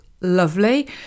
Lovely